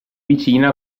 vicina